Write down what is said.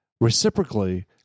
reciprocally